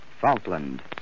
Falkland